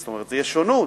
זאת אומרת, יש שונות.